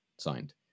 signed